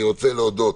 אני רוצה להודות